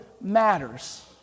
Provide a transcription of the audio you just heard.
matters